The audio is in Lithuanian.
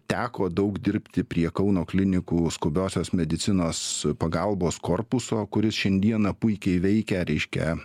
teko daug dirbti prie kauno klinikų skubiosios medicinos pagalbos korpuso kuris šiandieną puikiai veikia reiškia